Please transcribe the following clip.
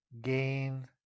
gain